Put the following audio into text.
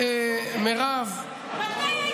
מתי היית בסופר, תגיד?